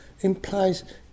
implies